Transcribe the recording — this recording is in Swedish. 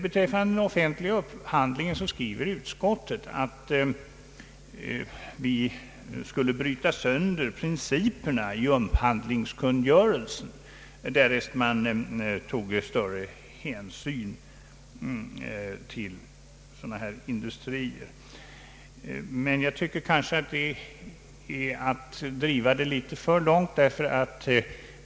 Beträffande den offentliga upphandlingen skriver utskottet att vi skulle bryta sönder principerna i upphandlingskungörelsen därest större hänsyn toges till industrier av ifrågavarande slag. Jag tycker kanske att det är att driva det resonemanget litet för långt.